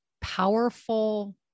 powerful